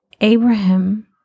Abraham